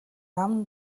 нам